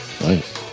Nice